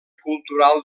cultural